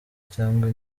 cyangwa